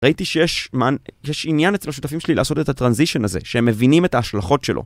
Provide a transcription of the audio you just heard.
ראיתי שיש מעין, יש עניין אצל השותפים שלי לעשות את הטרנזישן הזה, שהם מבינים את ההשלכות שלו.